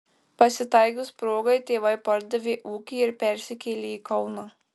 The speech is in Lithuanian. pasitaikius progai tėvai pardavė ūkį ir persikėlė į kauną